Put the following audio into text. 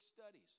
studies